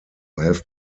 have